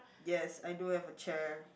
yes I do have a chair